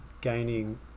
gaining